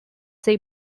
their